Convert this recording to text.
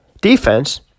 defense